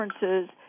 differences